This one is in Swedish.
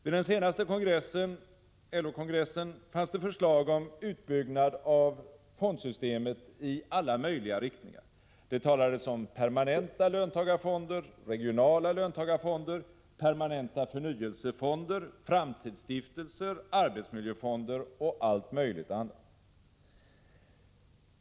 Vid den senaste LO-kongressen fanns det förslag om utbyggnad av fondsystemet i alla möjliga riktningar. Det talades om permanenta löntagarfonder, regionala löntagarfonder, permanenta förnyelsefonder, framtidsstiftelser, arbetsmiljöfonder och allt möjligt annat.